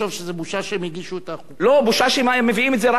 לא, בושה שמביאים רק לחצי שנה ועושים להם טובה.